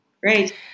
Great